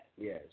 Yes